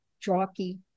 jockey